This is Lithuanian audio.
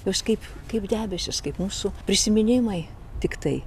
jos kaip kaip debesys kaip mūsų prisiminimai tiktai